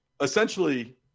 essentially